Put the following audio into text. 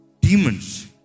demons